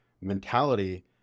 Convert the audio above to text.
mentality